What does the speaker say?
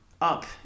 up